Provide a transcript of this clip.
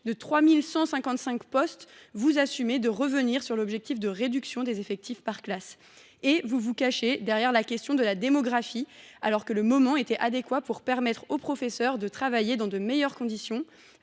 degré, vous assumez de revenir sur l’objectif de réduction des effectifs par classe et vous vous cachez derrière la démographie, alors que le moment était adéquat pour permettre aux professeurs de travailler dans de meilleures conditions